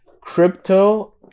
crypto